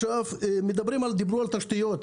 דיברו על תשתיות,